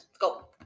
Go